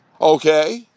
Okay